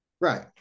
Right